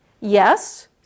Yes